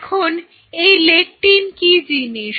এখন এই লেকটিন কি জিনিস